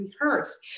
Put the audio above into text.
rehearse